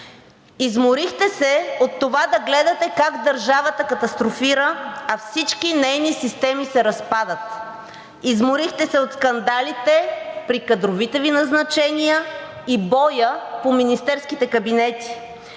Изморихте се от това да гледате как държавата катастрофира, а всички нейни системи се разпадат. Изморихте се от скандалите при кадровите Ви назначения и боя по министерските кабинети.